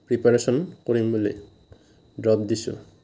preparation কৰিম বুলি drop দিছোঁ